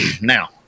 now